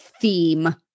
theme